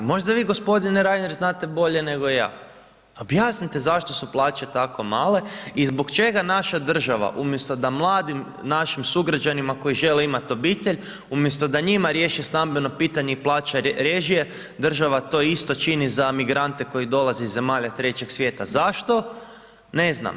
Možda vi gospodine Reiner znate bolje nego ja, objasnite zašto su plaće tako male i zbog čega naša država umjesto da mladim našim sugrađanima koji žele imati obitelj, umjesto da njima riješi stambeno pitanje i plaća režije, država to isto čini za migrante koji dolaze iz zemalja Trećeg svijeta, zašto, ne znam.